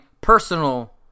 personal